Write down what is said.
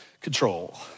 control